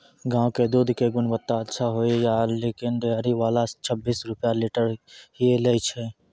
गांव के दूध के गुणवत्ता अच्छा होय या लेकिन डेयरी वाला छब्बीस रुपिया लीटर ही लेय छै?